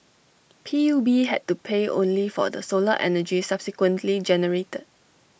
P U B had to pay only for the solar energy subsequently generated